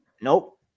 Nope